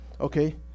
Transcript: Okay